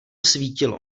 svítilo